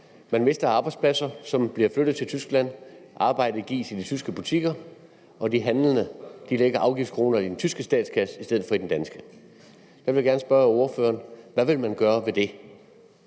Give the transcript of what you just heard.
Man mister arbejdspladser, de bliver flyttet til Tyskland, arbejdet gives til de tyske butikker, og de handlende lægger afgiftskroner i den tyske statskasse i stedet for i den danske. Der vil jeg gerne spørge ordføreren: Hvad vil man gøre ved det?